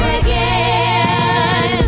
again